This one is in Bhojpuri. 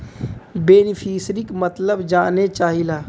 बेनिफिसरीक मतलब जाने चाहीला?